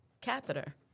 catheter